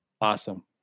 Awesome